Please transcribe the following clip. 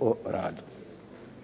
o radu.